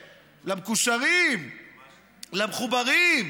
למקושרים, למחוברים.